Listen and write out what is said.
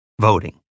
voting